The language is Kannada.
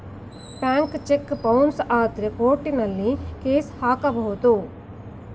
ಬ್ಯಾಂಕ್ ಚೆಕ್ ಬೌನ್ಸ್ ಆದ್ರೆ ಕೋರ್ಟಲ್ಲಿ ಕೇಸ್ ಹಾಕಬಹುದು